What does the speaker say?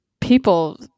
people